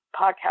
podcast